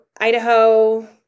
Idaho